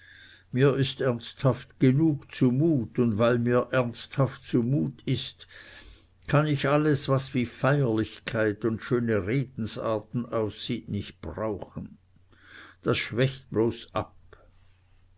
mir ist ernsthaft genug zumut und weil mir ernsthaft zumut ist kann ich alles was wie feierlichkeit und schöne redensarten aussieht nicht brauchen das schwächt bloß ab